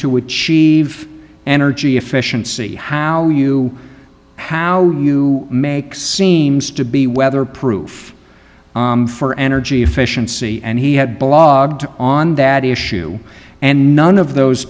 to achieve energy efficiency how you how you make seems to be weatherproof om for energy efficiency and he had blog on that issue and none of those